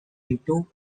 into